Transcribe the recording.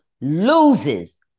loses